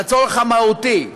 לצורך המהותי,